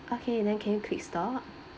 okay then can you click stop